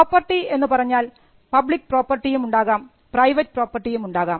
property എന്ന് പറഞ്ഞാൽ public പ്രോപ്പർട്ടിയും ഉണ്ടാകാം പ്രൈവറ്റ് പ്രോപ്പർട്ടിയും ഉണ്ടാകാം